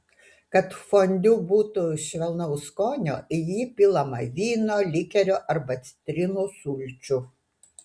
kad fondiu būtų švelnaus skonio į jį pilama vyno likerio arba citrinų sulčių